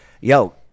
Yo